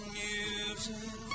music